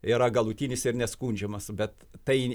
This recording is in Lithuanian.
yra galutinis ir neskundžiamas bet tai